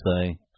say